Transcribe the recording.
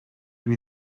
dydw